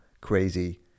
crazy